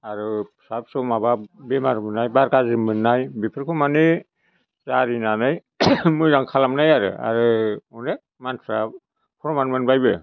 आरो फिसा फिसौ माबा बेमार मोन्नाय बार गाज्रि मोन्नाय बेफोरखौ माने जारिनानै मोजां खालामनाय आरो आरो अनेक मानसिफ्रा फ्रमान मोनबायबो